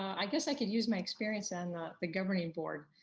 i guess i could use my experience on the governing board.